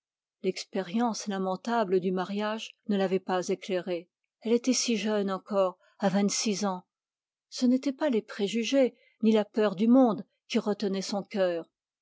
l'expérience du mariage ne l'avait pas éclairée elle était si jeune encore à vingt-six ans ce n'étaient ni les préjugés ni la peur du monde qui retenaient son cœur